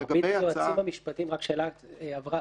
רק שאלת הבהרה,